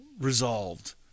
resolved